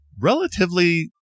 relatively